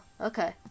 okay